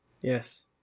Yes